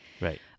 Right